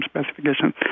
specifications